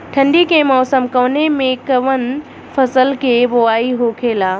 ठंडी के मौसम कवने मेंकवन फसल के बोवाई होखेला?